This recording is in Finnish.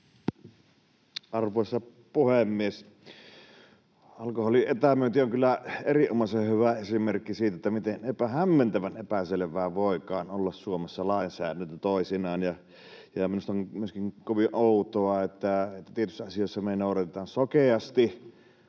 Arvoisa puhemies! Alkoholin etämyynti on kyllä erinomaisen hyvä esimerkki siitä, miten hämmentävän epäselvää voikaan olla Suomessa lainsäädäntö toisinaan. Minusta on myöskin kovin outoa, että tietyissä asioissa me noudatetaan sokeasti